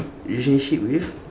relationship with